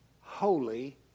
holy